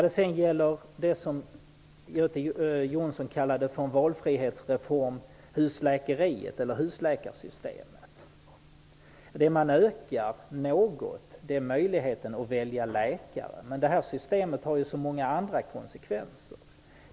Det som Göte Jonsson kallade en valfrihetsreform, dvs. husläkarreformen, ökar något möjligheten att välja läkare, men husläkarsystemet har så många andra konsekvenser.